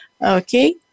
Okay